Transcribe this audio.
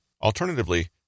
Alternatively